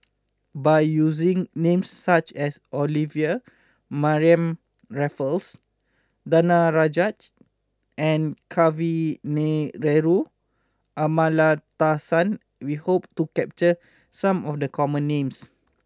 by using names such as Olivia Mariamne Raffles Danaraj and Kavignareru Amallathasan we hope to capture some of the common names